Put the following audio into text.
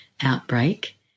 outbreak